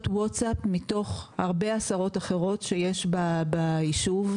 ווצאפ מתוך הרבה עשרות אחרות שיש ביישוב,